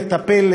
לטפל,